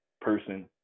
person